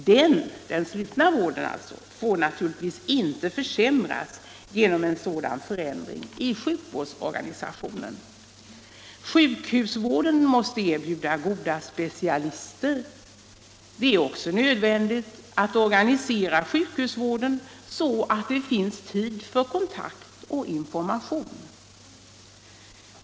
Den får naturligtvis inte försämras genom en sådan förändring i sjukvårdsorganisationen. Sjukhusvården måste erbjuda goda specialister. Det är också nödvändigt att organisera sjukhusvården så att det finns tid för kontakt och information.